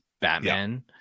Batman